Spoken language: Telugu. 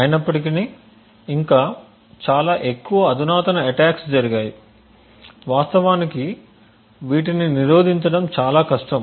అయినప్పటికీ ఇంకా చాలా ఎక్కువ అధునాతన అటాక్స్ జరిగాయి వాస్తవానికి వీటిని నిరోధించడం చాలా కష్టం